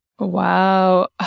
wow